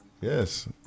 Yes